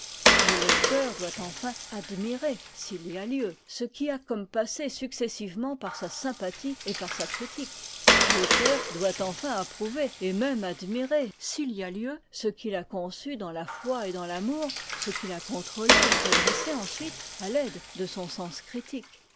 le lecteur doit enfin admirer s'il y a lieu ce qui a comme passé successivement par sa sympathie et par sa critique l'auteur doit enfin approuver et même admirer s'il y a lieu ce qu'il a conçu dans la foi et dans l'amour ce qu'il a contrôlé et redressé ensuite à l'aide de son sens critique